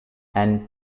and